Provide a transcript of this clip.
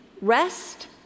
rest